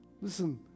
Listen